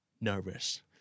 nervous